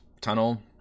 tunnel